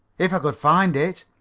if i could find it,